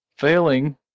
Failing